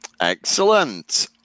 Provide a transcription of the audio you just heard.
excellent